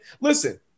Listen